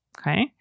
okay